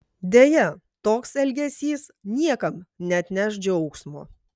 deja toks elgesys niekam neatneš džiaugsmo